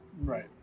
Right